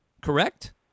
correct